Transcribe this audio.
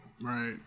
Right